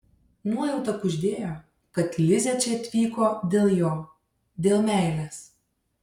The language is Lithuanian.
nuojauta kuždėjo kad lizė čia atvyko dėl jo dėl meilės